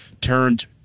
turned